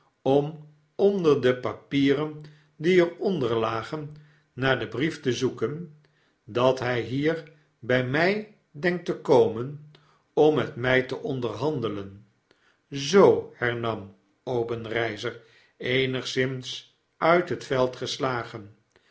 om onder de papieren dieeronder lagen naar den brief te zoeken dat hy hier bij my denkt te komen om met my te onderhandelen zoo hernam obenreizer eenigszins uit het veld gestagen